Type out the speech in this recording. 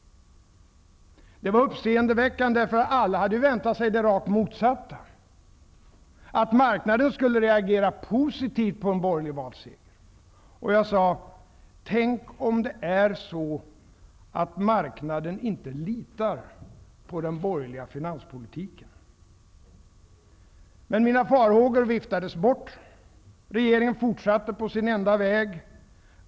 Det var uppseendeväckande eftersom alla hade väntat sig det rakt motsatta: att marknaden skulle reagera positivt på en borgerlig valseger. Jag sade: ”Tänk om det är så att marknaden inte litar på den borgerliga finanspolitiken.” Mina farhågor viftades bort. Regeringen fortsatte på sin enda väg.